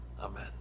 amen